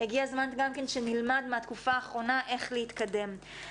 הגיע הזמן גם שנלמד מהתקופה האחרונה איך להתקדם.